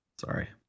sorry